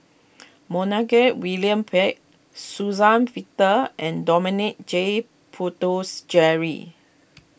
William Pett Suzann Victor and Dominic J